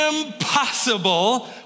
Impossible